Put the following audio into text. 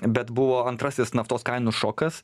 bet buvo antrasis naftos kainų šokas